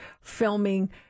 filming